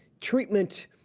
treatment